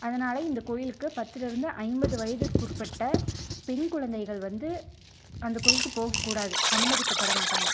அதனால் இந்த கோயிலுக்கு பத்தில் இருந்து ஐம்பது வயதிற்குட்பட்ட பெண் குழந்தைகள் வந்து அந்த கோவிலுக்கு போகக்கூடாது அனுமதிக்கப்படமாட்டாங்க